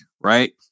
right